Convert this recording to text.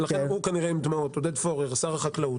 לכן הוא עודד פורר שר החקלאות